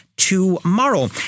tomorrow